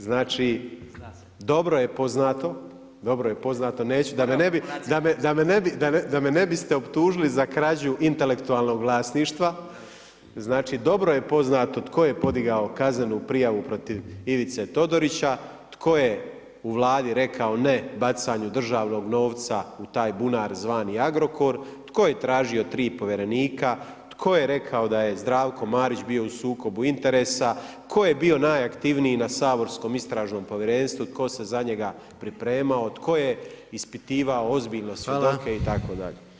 Znači dobro je poznato neću da me ne biste optužili za krađu intelektualnog vlasništva, znači dobro je poznato tko je podigao kaznenu prijavu protiv Ivice Todorića, tko je u Vladi rekao ne bacanju državnog novca u taj bunar zvani Agrokor, tko je tražio tri povjerenika, tko je rekao da je Zdravko Marić bio u sukobu interesa, tko je bio najaktivniji na saborskom Istražnom povjerenstvu, tko se za njega pripremao, to je ispitivao ozbiljno svjedoke itd.